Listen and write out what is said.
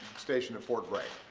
stationed at fort bragg,